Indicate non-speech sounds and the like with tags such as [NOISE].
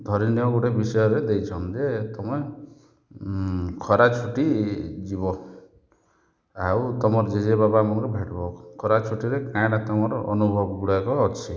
ଧରି ନିଅ ଗୁଟେ ବିଷୟରେ ଦେଇଛନ୍ ଯେ ତମେ ଖରା ଛୁଟି ଯିବ ଆଉ ତମର୍ ଜେଜେବାପା [UNINTELLIGIBLE] ଭେଟ୍ବ ଖରା ଛୁଟିରେ କାଏଁଟା ତମର୍ ଅନୁଭବ୍ ଗୁଡ଼ାକ ଅଛେ